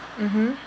mmhmm